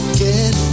get